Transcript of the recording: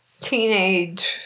teenage